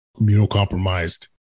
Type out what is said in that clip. immunocompromised